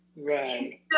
Right